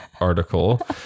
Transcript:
article